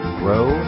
grow